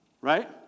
Right